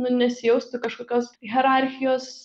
nu nesijaustų kažkokios hierarchijos